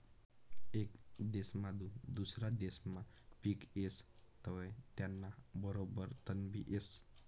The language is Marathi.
येक देसमाधून दुसरा देसमा पिक येस तवंय त्याना बरोबर तणबी येस